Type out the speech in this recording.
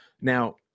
Now